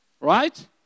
Right